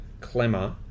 Clemmer